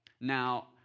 Now